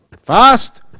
fast